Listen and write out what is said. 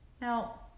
Now